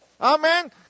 Amen